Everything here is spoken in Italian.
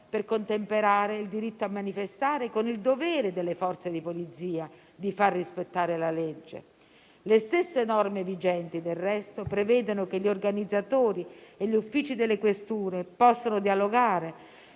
per contemperare il diritto a manifestare con il dovere delle Forze di polizia di far rispettare la legge. Le stesse norme vigenti, del resto, prevedono che gli organizzatori e gli uffici delle questure possano dialogare,